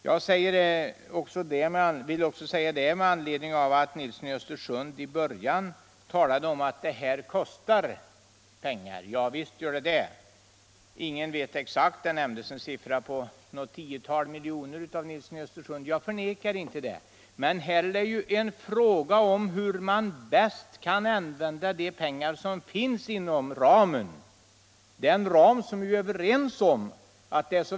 Jag säger detta bl.a. med anledning av att herr Nilsson i Östersund inledningsvis talade om att sysselsättningsstödet kostar pengar. Ja, visst gör det det. Ingen vet exakt hur mycket. Herr Nilsson i Östersund angav att det skulle röra sig om något tiotal miljoner, och jag förnekar inte att det kan vara riktigt. Men här är det fråga om hur man bäst kan använda pengarna inom den ram för stödåtgärder som finns.